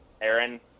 Aaron